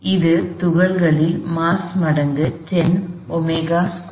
இது துகளின் மாஸ் மடங்கு 10